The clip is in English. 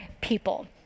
people